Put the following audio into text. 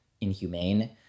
inhumane